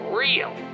real